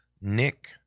Nick